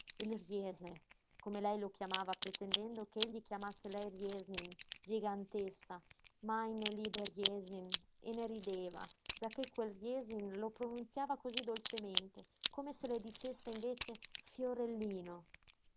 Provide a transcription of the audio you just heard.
il riese come lei lo chiamava pretendendo ch'egli chiamasse lei riesin gigantessa meine liebe riesin e ne rideva giacché quel riesin lui lo pronunziava cosí dolcemente come se le dicesse invece fiorellino